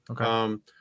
Okay